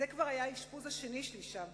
זה כבר היה האשפוז השני שלי שם,